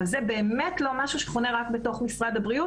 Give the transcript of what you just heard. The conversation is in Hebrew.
אבל זה באמת לא משהו שחונה רק בתוך משרד הבריאות.